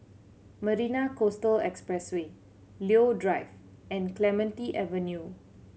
Marina Coastal Expressway Leo Drive and Clementi Avenue